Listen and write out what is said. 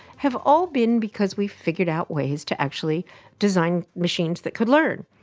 have all been because we've figured out ways to actually design machines that could learn.